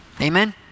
Amen